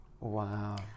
Wow